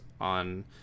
on